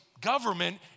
government